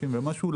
30 ומשהו.